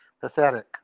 Pathetic